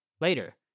Later